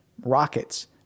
rockets